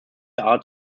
art